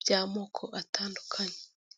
by'amoko atandukanye.